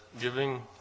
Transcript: giving